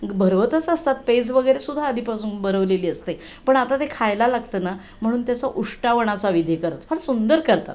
भरवतच असतात पेज वगैरे सुद्धा आधीपासून भरवलेली असते पण आता ते खायला लागतं ना म्हणून त्याचा उष्टावणाचा विधी करतात फार सुंदर करतात